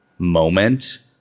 moment